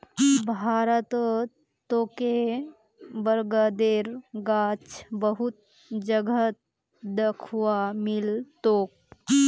भारतत तोके बरगदेर गाछ बहुत जगहत दख्वा मिल तोक